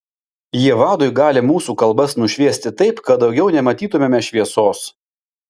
jie vadui gali mūsų kalbas nušviesti taip kad daugiau nematytumėme šviesos